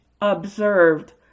observed